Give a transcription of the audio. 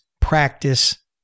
practice